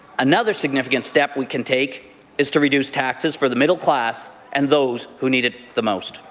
another significant step we can take is to reduce taxes for the middle class and those who need it the most